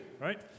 right